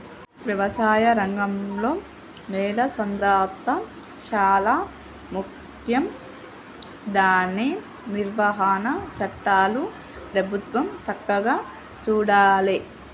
వ్యవసాయ రంగంలో నేల సాంద్రత శాలా ముఖ్యం దాని నిర్వహణ చట్టాలు ప్రభుత్వం సక్కగా చూడాలే